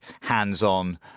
hands-on